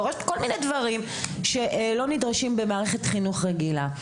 דורשת כל מיני דברים שלא נדרשים במערכת חינוך רגילה.